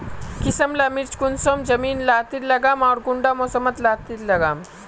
किसम ला मिर्चन कौन जमीन लात्तिर लगाम आर कुंटा मौसम लात्तिर लगाम?